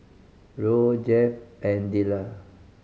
Roe Jeff and Dellar